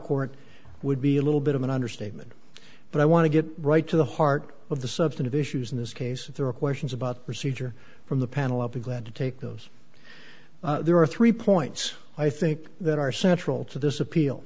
court would be a little bit of an understatement but i want to get right to the heart of the substantive issues in this case if there are questions about procedure from the panel up a glad to take those there are three points i think that are central to this appeal